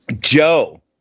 Joe